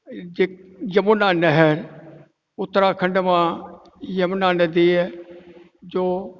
जे जमुना नहर उत्तराखंड मां यमुना नदीअ जो